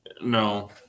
No